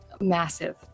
massive